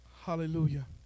Hallelujah